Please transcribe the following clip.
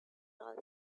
all